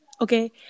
okay